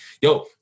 yo